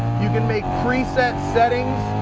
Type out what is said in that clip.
you can make preset settings.